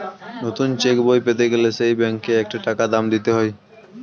নতুন চেক বই পেতে গেলে সেই ব্যাংকে একটা টাকা দাম দিতে হয়